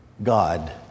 God